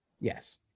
yes